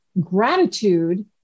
gratitude